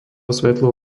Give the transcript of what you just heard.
svetlo